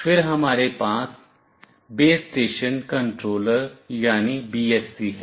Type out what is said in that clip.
फिर हमारे पास बेस स्टेशन कंट्रोलर यानी BSC है